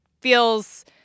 feels